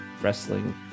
wrestling